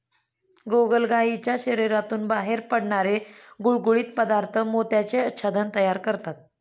गोगलगायीच्या शरीरातून बाहेर पडणारे गुळगुळीत पदार्थ मोत्याचे आच्छादन तयार करतात